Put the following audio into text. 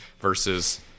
versus